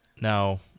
now